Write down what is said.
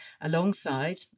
alongside